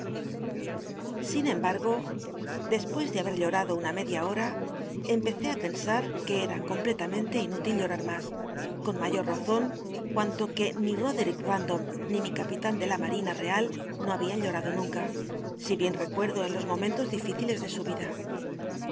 sin embargo despues de haber llotado una media hota empecé t pensar que era completamen te inútil el llorat mas con mayor nzon cuanto que ni roderick llandom ni mi eapilan de la marina real no había llorado nunca si bien tecuetdo en los momentos difíciles de su vida